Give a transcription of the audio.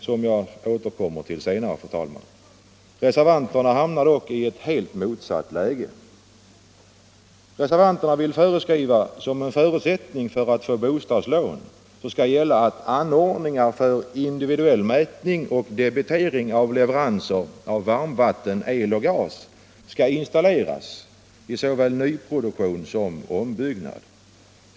som jag återkommer till, fru talman. Reservan terna hamnar dock i ett helt motsatt läge. Reservanterna vill föreskriva att som en förutsättning för att få bostadslån skall gälla att anordningar för individuell mätning och debitering av leveranser av varmvatten, el och gas installeras i såväl nyproduktion som ombyggnad.